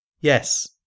yes